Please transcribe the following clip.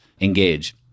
engage